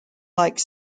like